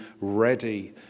ready